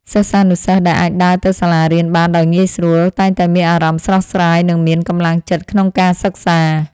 សិស្សានុសិស្សដែលអាចដើរទៅសាលារៀនបានដោយងាយស្រួលតែងតែមានអារម្មណ៍ស្រស់ស្រាយនិងមានកម្លាំងចិត្តក្នុងការសិក្សា។